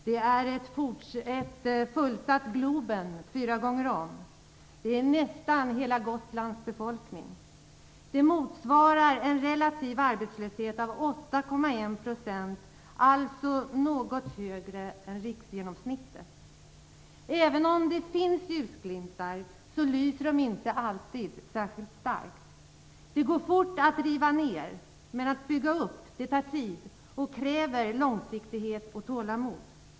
Det är som ett fullsatt Globen fyra gånger om eller som nästan hela Gotlands befolkning och motsvarar en relativ arbetslöshet på 8,1 %, alltså något mer än riksgenomsnittet. Det finns ljusglimtar, men de lyser inte särskilt starkt. Det går fort att riva ner, men att bygga upp tar tid och kräver både långsiktighet och tålamod.